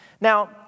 Now